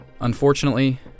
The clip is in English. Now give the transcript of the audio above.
Unfortunately